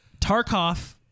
Tarkov